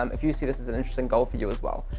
um if you see this as an interesting goal for you, as well.